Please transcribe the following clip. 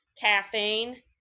caffeine